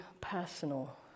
personal